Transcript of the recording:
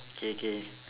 K K